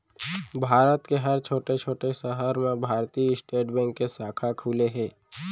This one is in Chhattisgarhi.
भारत के हर छोटे छोटे सहर म भारतीय स्टेट बेंक के साखा खुले हे